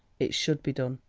it should be done!